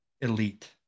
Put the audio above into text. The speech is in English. elite